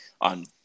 on